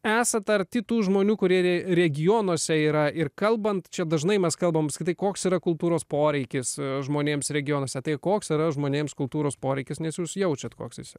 esą tarp kitų žmonių kurie regionuose yra ir kalbant čia dažnai mes kalbame skaitai koks yra kultūros poreikis žmonėms regionuose tai koks yra žmonėms kultūros poreikis nes jūs jaučiate koks jis